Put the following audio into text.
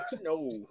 no